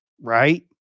right